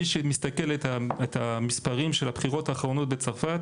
מי שמסתכל על המספרים של הבחירות האחרונות בצרפת